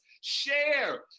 share